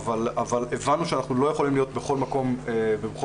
אבל הבנו שאנחנו לא יכולים להיות בכל מקום ובכל